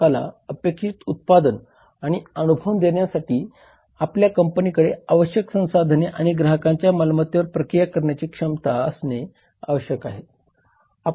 ग्राहकाला अपेक्षित उत्पादन आणि अनुभव देण्यासाठी आपल्या कंपनीकडे आवश्यक संसाधने आणि ग्राहकांच्या मालमत्तेवर प्रक्रिया करण्याची क्षमता असणे आवश्यक आहे